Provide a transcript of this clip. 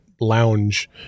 lounge